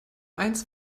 eins